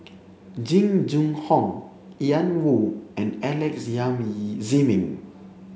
Jing Jun Hong Ian Woo and Alex Ziming